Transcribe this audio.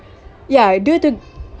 ya due to